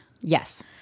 Yes